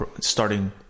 starting